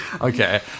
Okay